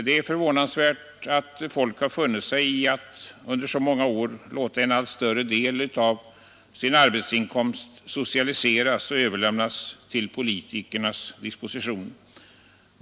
Det är förvånansvärt att folk har funnit sig i att under så många år låta en allt större del av sin arbetsinkomst socialiseras och överlämnas till politikernas disposition.